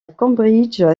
cambridge